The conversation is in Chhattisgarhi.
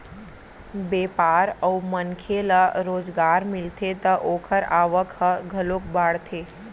बेपार अउ मनखे ल रोजगार मिलथे त ओखर आवक ह घलोक बाड़थे